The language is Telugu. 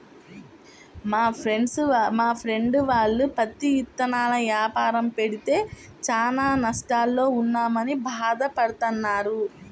మా ఫ్రెండు వాళ్ళు పత్తి ఇత్తనాల యాపారం పెడితే చానా నష్టాల్లో ఉన్నామని భాధ పడతన్నారు